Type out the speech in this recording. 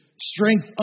strength